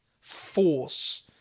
force